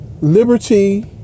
liberty